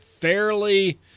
fairly